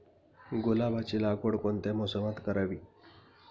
गुलाबाची लागवड कोणत्या मोसमात करावी?